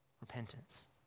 Repentance